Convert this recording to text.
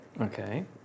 Okay